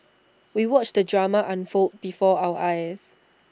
we watched the drama unfold before our eyes